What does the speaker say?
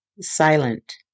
silent